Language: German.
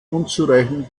unzureichenden